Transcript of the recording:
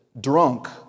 drunk